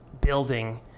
building